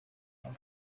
nawe